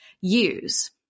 use